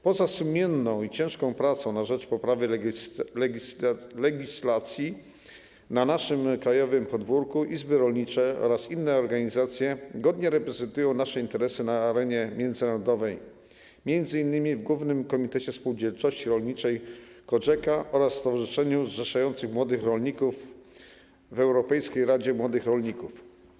Poza sumienną i ciężką pracą na rzecz poprawy legislacji na naszym krajowym podwórku izby rolnicze oraz inne organizacje godnie reprezentują nasze interesy na arenie międzynarodowej, m.in. w Głównym Komitecie Spółdzielczości Rolniczej COGECA oraz stowarzyszeniu zrzeszającym młodych rolników w Europejskiej Radzie Młodych Rolników.